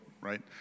right